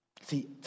See